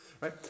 Right